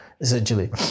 essentially